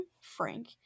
Frank